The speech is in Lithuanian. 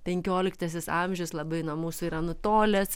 penkioliktasis amžius labai nuo mūsų yra nutolęs